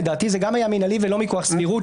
לדעתי זה גם היה מינהלי ולא מכוח סבירות,